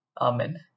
Amen